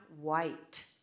white